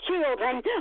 children